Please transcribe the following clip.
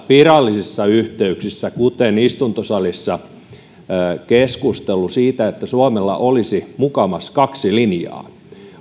virallisissa yhteyksissä kuten istuntosalissa keskustelu siitä että suomella olisi mukamas kaksi linjaa